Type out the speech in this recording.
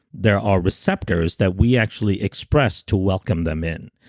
there are receptors that we actually express to welcome them in.